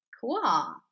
cool